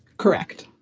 correct.